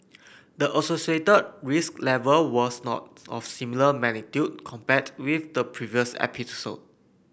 the associated risk level was not of similar magnitude compared with the previous episode